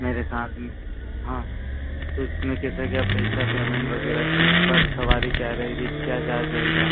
मेरे साथ में हाँ तो उसमें कैसा क्या पैसा पेमेंट वगैरह पर सवारी क्या रहेगी क्या चार्ज रहेगा